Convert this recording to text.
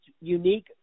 unique